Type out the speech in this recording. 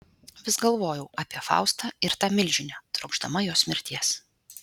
vis galvojau apie faustą ir tą milžinę trokšdama jos mirties